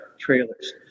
Trailers